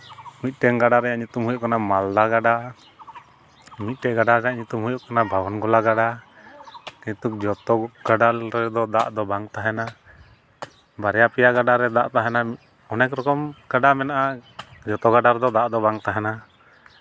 ᱢᱤᱫᱴᱮᱱ ᱜᱟᱰᱟ ᱨᱮᱭᱟᱜ ᱧᱩᱛᱩᱢ ᱦᱩᱭᱩᱜ ᱠᱟᱱᱟ ᱢᱟᱞᱫᱟ ᱜᱟᱰᱟ ᱢᱤᱫᱴᱮᱱ ᱜᱟᱰᱟ ᱨᱮᱭᱟᱜ ᱧᱩᱛᱩᱢ ᱦᱩᱭᱩᱜ ᱠᱟᱱᱟ ᱵᱷᱚᱵᱚᱱᱜᱚᱞᱟ ᱜᱟᱰᱟ ᱠᱤᱱᱛᱩ ᱡᱚᱛᱚ ᱜᱟᱰᱟ ᱨᱮᱫᱚ ᱫᱟᱜ ᱫᱚ ᱵᱟᱝ ᱛᱟᱦᱮᱱᱟ ᱵᱟᱨᱭᱟ ᱯᱮᱭᱟ ᱜᱟᱰᱟᱨᱮ ᱫᱟᱜ ᱛᱟᱦᱮᱱᱟ ᱚᱱᱮᱠ ᱨᱚᱠᱚᱢ ᱜᱟᱰᱟ ᱢᱮᱱᱟᱜᱼᱟ ᱡᱚᱛᱚ ᱜᱟᱰᱟ ᱨᱮᱫᱚ ᱫᱟᱜ ᱫᱚ ᱵᱟᱝ ᱛᱟᱦᱮᱱᱟ